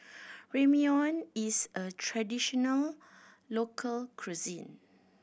Ramyeon is a traditional local cuisine